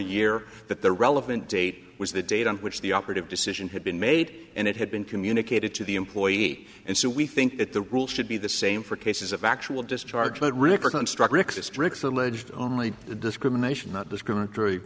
that the relevant date was the date on which the operative decision had been made and it had been communicated to the employee and so we think that the rule should be the same for cases of actual discharge but recurrent struck ric's districts alleged only the discrimination not discriminatory